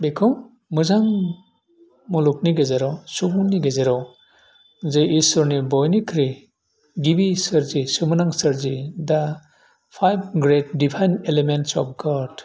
बेखौ मोजां मुलुगनि गेजेराव सुबुंनि गेजेराव जे इसोरनि बयनिख्रुइ गिबि सोरजि सोमोनां सोरजि the five great divine elements of गड